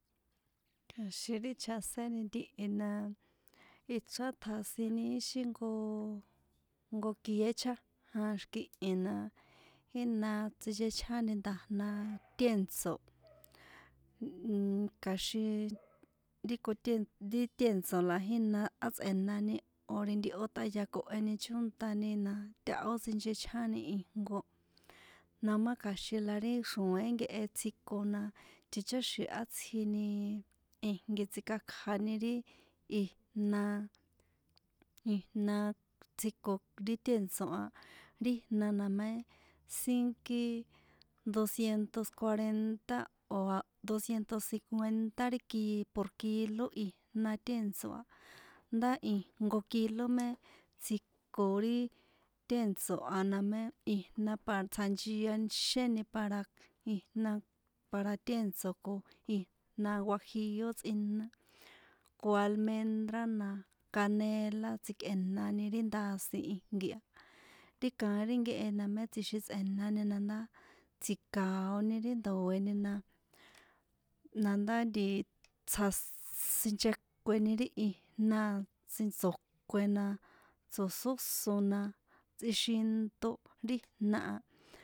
Kja̱xin ri chjasena ntihi na ichrán tsjasini ixi jnko jnko kié chajan xi̱kini na ina sinchechjáni nda̱jna tèntso̱ nnn kja̱xin ri kotèn ri tèntso̱ la jína á ts´e̱nani o̱ ri ntihó tꞌayakoheni chóntani na táhó sicnhechjáni ijnko na má kja̱xin la ri xroe̱n nkehe tsjiko na ticháxi̱n átsjini ijnki tsíkakjani ri ijna ijna tsjiko ri tèntso̱ a ri jna na mé sínkí doscientos cuarenta o̱a doscientos cincuenta ri por kilo ri ijna tèntsoa̱ ndá ijnko kilo mé tsjiko ri tèntso̱ a na mé ijna pa tsjanchian xiéni para ijna para tèntso̱ ko ijna guajillo tsꞌína ko almendra na canela tsikꞌe̱nani ri ndasin ijnko na ri kaín ri nkehe na mé tsjixin tsꞌe̱nani na ndá tsji̱kao̱ni ri ndoe̱ni na ndá nti tsjassss sinchekueni ri ijnaa tso̱kuena tso̱sósona tsꞌixinto ri jna.